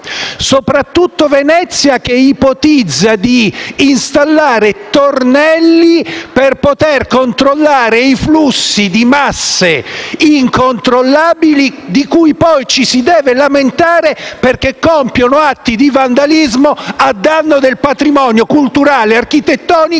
particolare Venezia che ipotizza di installare tornelli per poter controllare i flussi di masse incontrollabili, di cui poi ci si deve lamentare perché compiono atti di vandalismo a danno del patrimonio culturale e architettonico